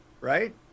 Right